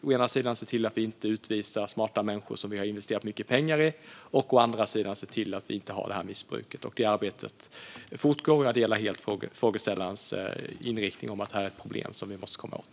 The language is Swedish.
Å ena sidan ska vi se till att inte utvisa smarta människor som vi har investerat mycket pengar i, och å andra sidan ska vi se till att vi inte har det här missbruket. Det arbetet fortgår. Jag delar helt frågeställarens inställning att detta är ett problem som vi måste komma åt.